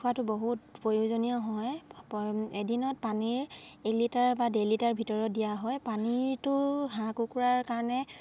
খোৱাটো বহুত প্ৰয়োজনীয় হয় এদিনত পানীৰ এক লিটাৰ বা ডেৰ লিটাৰ ভিতৰত দিয়া হয় পানীটো হাঁহ কুকুৰাৰ কাৰণে